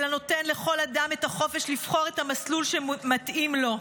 אלא נותן לכל אדם את החופש לבחור את המסלול שמתאים לו.